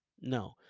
No